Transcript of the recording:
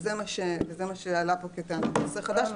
שזה מה שעלה פה כטענת נושא חדש.